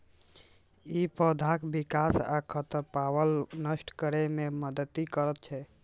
ई पौधाक विकास आ खरपतवार नष्ट करै मे मदति करै छै